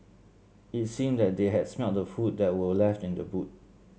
it seemed that they had smelt the food that were left in the boot